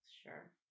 Sure